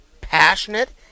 passionate